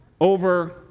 over